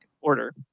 order